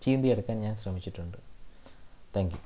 ചീന്തിയെടുക്കാൻ ഞാൻ ശ്രമിച്ചിട്ടുണ്ട് thank U